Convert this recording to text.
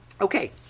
Okay